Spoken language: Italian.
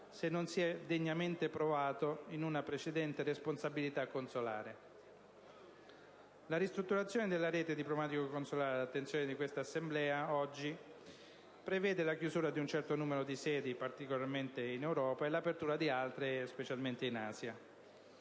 se non si è degnamente provato in una precedente responsabilità consolare. La ristrutturazione della rete diplomatico consolare all'attenzione di questa Assemblea oggi prevede la chiusura di un certo numero di sedi (particolarmente in Europa) e l'apertura di altre (specialmente in Asia).